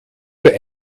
für